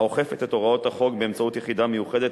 האוכפת את הוראות החוק באמצעות יחידה מיוחדת,